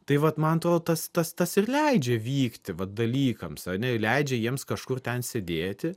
tai vat man atrodo tas tas tas ir leidžia vykti vat dalykams ane leidžia jiems kažkur ten sėdėti